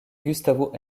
gustavo